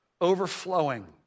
overflowing